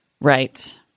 Right